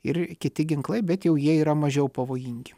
ir kiti ginklai bet jau jie yra mažiau pavojingi